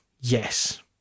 Yes